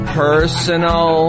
personal